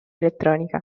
elettronica